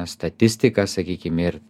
statistika sakykim ir